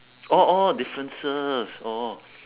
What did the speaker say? orh orh differences orh